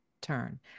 turn